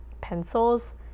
pencils